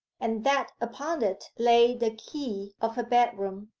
and that upon it lay the key of her bedroom.